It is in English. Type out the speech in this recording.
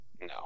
no